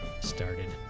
started